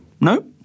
No